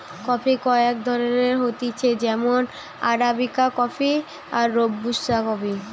coffee কয়েক ধরণের হতিছে যেমন আরাবিকা কফি, রোবুস্তা